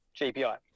GPI